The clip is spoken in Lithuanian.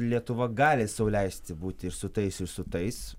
lietuva gali sau leisti būti ir su tais ir su tais